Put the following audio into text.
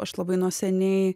aš labai nuo seniai